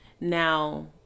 Now